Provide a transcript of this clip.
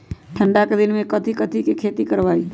ठंडा के दिन में कथी कथी की खेती करवाई?